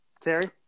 Terry